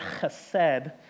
chesed